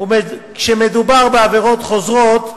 וכשמדובר בעבירות חוזרות,